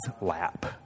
lap